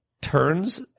turns